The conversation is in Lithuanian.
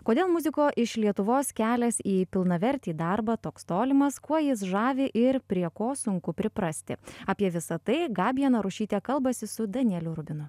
kodėl muziko iš lietuvos kelias į pilnavertį darbą toks tolimas kuo jis žavi ir prie ko sunku priprasti apie visa tai gabija narušytė kalbasi su danieliu rubinu